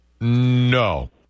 No